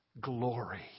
glory